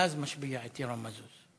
ואז משביע את ירון מזוז.